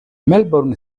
melbourne